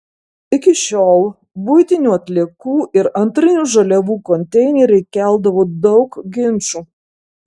iki šiol buitinių atliekų ir antrinių žaliavų konteineriai keldavo daug ginčų